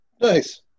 Nice